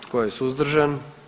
Tko je suzdržan?